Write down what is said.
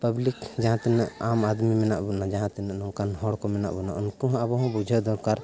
public ᱡᱟᱦᱟᱸᱛᱤᱱᱟᱹᱜ ᱟᱢ ᱟᱫᱽᱢᱤ ᱢᱮᱱᱟᱜ ᱵᱚᱱᱟ ᱡᱟᱦᱟᱸᱛᱤᱱᱟᱹᱜ ᱱᱚᱝᱠᱟᱱ ᱦᱚᱲᱠᱚ ᱢᱮᱱᱟᱜ ᱵᱚᱱᱟ ᱩᱱᱠᱩ ᱦᱚᱸ ᱟᱵᱚᱦᱚᱸ ᱵᱩᱡᱷᱟᱹᱣ ᱫᱚᱨᱠᱟᱨ